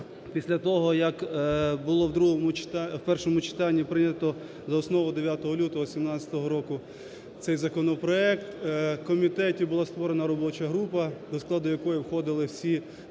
в другому читанні… в першому читанні прийнято за основу 9 лютого 2017 року цей законопроект, у комітеті була створена робоча група, до складу якої входили всі